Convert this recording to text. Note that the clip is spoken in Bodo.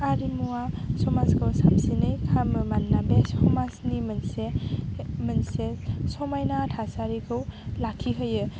आरिमुआ समाजखौ साबसिनै खालामो मानोना बे समाजनि मोनसे मोनसे समायना थासारिखौ लाखिहोयो